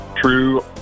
true